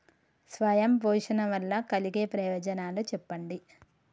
స్వయం పోషణ వల్ల కలిగే ప్రయోజనాలు చెప్పండి?